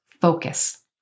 Focus